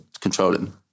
controlling